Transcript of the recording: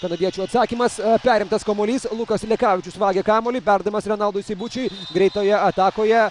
kanadiečių atsakymas perimtas kamuolys lukas lekavičius vagia kamuolį perdavimas renaldui seibučiui greitoje atakoje